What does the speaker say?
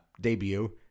debut